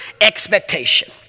expectation